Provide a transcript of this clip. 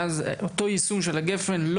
מאז אותו יישום של גפ"ן,